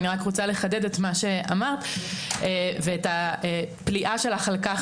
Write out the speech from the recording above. אני רק רוצה לחדד את מה שאמרת ואת הפליאה שלך על כך